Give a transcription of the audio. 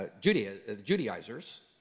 Judaizers